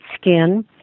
skin